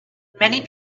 many